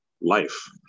life